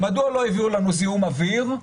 מדוע לא הביאו לנו זיהום אוויר?